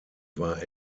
war